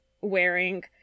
wearing